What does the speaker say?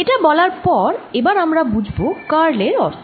এটা বলার পর এবার আমরা বুঝবো কার্ল এর অর্থ